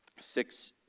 six